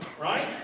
right